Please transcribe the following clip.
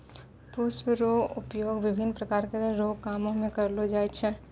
पुष्प रो उपयोग विभिन्न प्रकार रो कामो मे करलो जाय छै